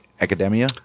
academia